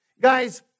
Guys